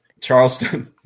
Charleston